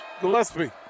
Gillespie